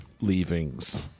leavings